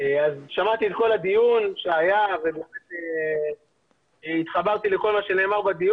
שמעתי את כל הדיון שהתקיים והתחברתי לכל מה שנאמר בו.